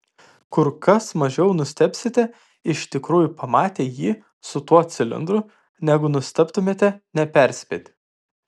kur kas mažiau nustebsite iš tikrųjų pamatę jį su tuo cilindru negu nustebtumėte neperspėti